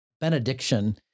benediction